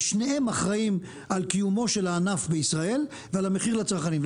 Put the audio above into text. ושניהם אחראים על קיומו של הענף בישראל ועל המחיר לצרכנים.